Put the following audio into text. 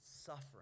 suffering